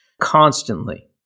constantly